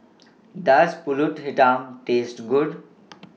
Does Pulut Hitam Taste Good